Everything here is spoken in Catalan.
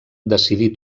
decidí